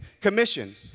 commission